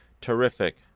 terrific